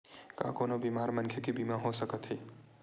का कोनो बीमार मनखे के बीमा हो सकत हे?